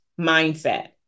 mindset